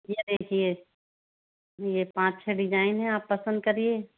ये देखिये ये पाँच छः डिजाइन है आप पसंद करिए